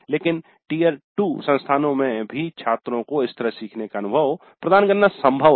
लेकिन टियर 2 संस्थानों में भी छात्रों को इस तरह सीखने का अनुभव प्रदान करना संभव है